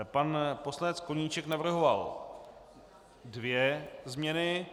Pan poslanec Koníček navrhoval dvě změny.